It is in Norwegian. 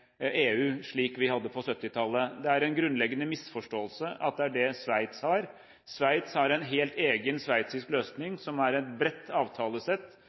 EU, slik vi hadde på 1970-tallet. Det er en grunnleggende misforståelse at det er det Sveits har. Sveits har en helt egen sveitsisk løsning som er et bredt avtalesett,